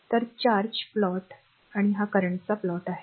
तर charge plot आणि हा करंटचा प्लॉट आहे